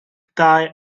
tae